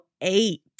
eight